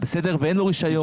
ואין לו רישיון,